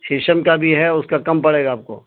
شیشم کا بھی ہے اس کا کم پڑے گا آپ کو